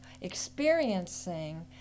experiencing